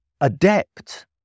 adept